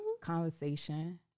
conversation